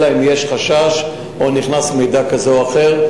אלא אם יש חשש או נכנס מידע כזה או אחר.